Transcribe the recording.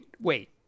wait